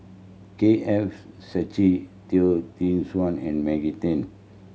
K F Seetoh Tee Suan and Maggie Teng